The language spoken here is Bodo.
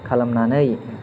खालामनानै